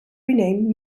renamed